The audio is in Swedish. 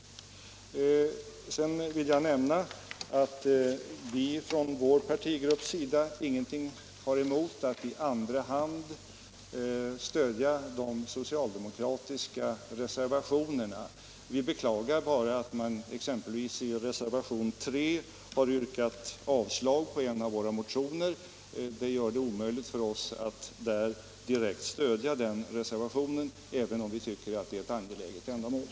Sedan vill jag nämna att vi från vår partigrupps sida ingenting har emot att i andra hand stödja de socialdemokratiska reservationerna. Vi beklagar bara att man exempelvis i reservationen 3 har yrkat avslag på en av våra motioner. Det gör det omöjligt för oss att direkt stödja den reservationen, även om vi tycker att det är ett angeläget ändamål.